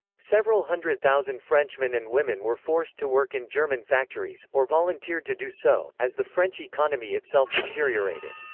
several hundred thousand frenchmen and women were forced to work in german factories, or volunteered to do so, as the french economy itself deteriorated.